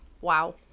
wow